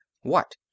What